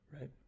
Right